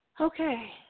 Okay